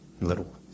Little